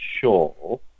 sure